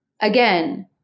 again